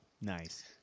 nice